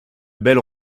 belles